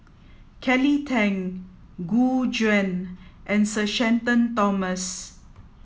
Kelly Tang Gu Juan and Sir Shenton Thomas